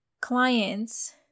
clients